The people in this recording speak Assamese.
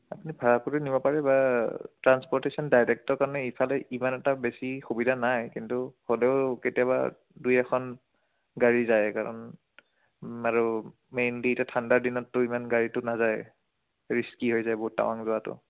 আপুনি ভাড়া গাড়ী নিব পাৰে বা ট্ৰান্সপৰ্টেশ্যন ডাইৰেক্টৰ কাৰণে ইফালে ইমান এটা বেছি সুবিধা নাই কিন্তু হ'লেও কেতিয়াবা দুই এখন গাড়ী যায় কাৰণ আৰু মেইনলি এতিয়া ঠাণ্ডাৰ দিনতটো ইমান গাড়ীটো নাযায় ৰিস্কি হৈ যায় বহুত টাৱাং যোৱাটো